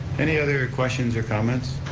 any other questions or comments?